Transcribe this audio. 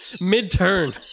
Mid-turn